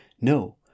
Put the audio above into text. No